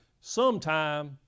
sometime